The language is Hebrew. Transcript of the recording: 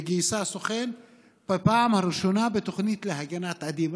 גייסה סוכן בפעם הראשונה בתוכנית להגנת עדים.